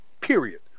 Period